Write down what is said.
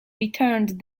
returned